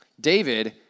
David